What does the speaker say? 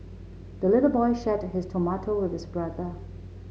the little boy shared his tomato with his brother